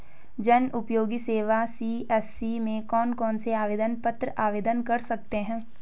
जनउपयोगी सेवा सी.एस.सी में कौन कौनसे आवेदन पत्र आवेदन कर सकते हैं?